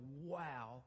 wow